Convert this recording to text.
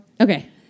Okay